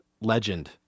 Legend